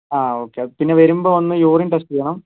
ആ ഓക്കെ പിന്നെ വരുമ്പോൾ ഒന്ന് യൂറിൻ ടെസ്റ്റ് ചെയ്യണം